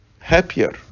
happier